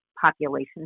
population